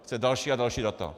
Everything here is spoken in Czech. Chce další a další data.